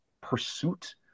pursuit